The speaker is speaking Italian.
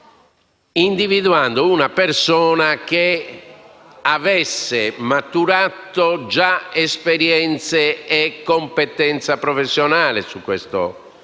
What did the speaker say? individuando una persona che abbia maturato già esperienze e competenza professionale su questo